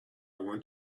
want